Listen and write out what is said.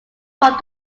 from